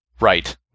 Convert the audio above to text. right